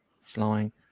Flying